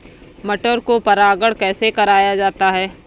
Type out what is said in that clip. मटर को परागण कैसे कराया जाता है?